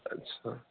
اچھا